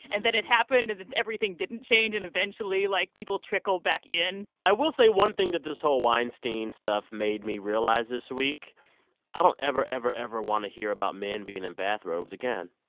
and then it happened, and then everything didn't change. and eventually, like, people trickle back in i will say one thing that this whole weinstein stuff made me realize this week i don't ever, ever, ever want to hear about men being in bathrobes again.